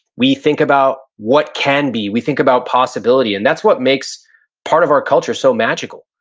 we think about, what can be? we think about possibility and that's what makes part of our culture so magical.